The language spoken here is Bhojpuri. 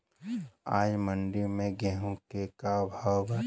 आज मंडी में गेहूँ के का भाव बाटे?